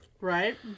Right